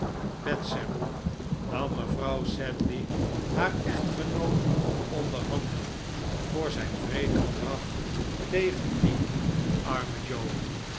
bedsermoen nam mevrouw sedley haar echtgenoot onderhanden voor zijn wreed gedrag tegen dien armen joe